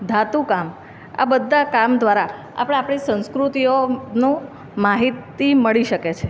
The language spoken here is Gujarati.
ધાતુ કામ આ બધાં કામ દ્વારા આપણે આપણી સંસ્કૃતિઓનું માહિતી મળી શકે છે